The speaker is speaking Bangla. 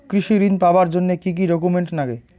কৃষি ঋণ পাবার জন্যে কি কি ডকুমেন্ট নাগে?